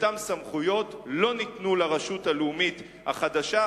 אותן סמכויות לא ניתנו לרשות הלאומית החדשה.